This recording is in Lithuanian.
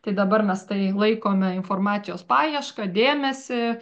tai dabar mes tai laikome informacijos paiešką dėmesį